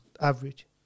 Average